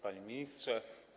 Panie Ministrze!